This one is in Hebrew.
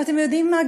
אתם יודעים מה,